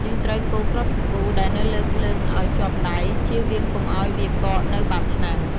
យើងត្រូវកូរគ្រាប់សាគូ ដែលនៅលើភ្លើងឲ្យជាប់ដៃ ជៀសវាងកុំឲ្យវាកកនៅបាតឆ្នាំង។